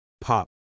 pop